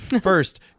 First